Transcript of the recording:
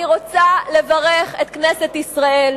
אני רוצה לברך את כנסת ישראל,